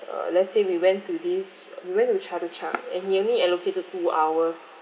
uh let's say we went to this we went to chatuchak and he only allocated two hours